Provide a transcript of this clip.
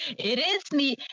it is me.